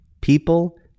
People